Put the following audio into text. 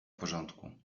porządku